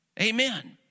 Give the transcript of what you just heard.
Amen